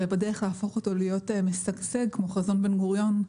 ובדרך להפוך אותו להיות משגשג כמו חזון בן גוריון,